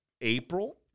April